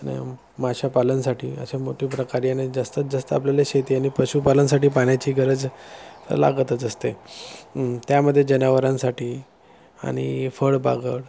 माशापालनसाठी अशा मोठे प्रकारेने जास्तीत जास्त आपल्याला शेती आणि पशुपालनसाठी पाण्याची गरज लागतच असते त्यामध्ये जनावरांसाठी आणि फळबागड